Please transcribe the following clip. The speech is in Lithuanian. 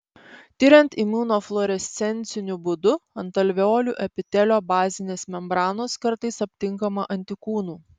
tiriant imunofluorescenciniu būdu ant alveolių epitelio bazinės membranos kartais aptinkama antikūnų